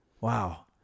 Wow